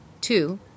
two